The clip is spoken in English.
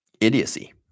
idiocy